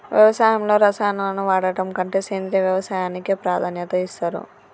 వ్యవసాయంలో రసాయనాలను వాడడం కంటే సేంద్రియ వ్యవసాయానికే ప్రాధాన్యత ఇస్తరు